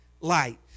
light